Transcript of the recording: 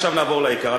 עכשיו נעבור לעיקר.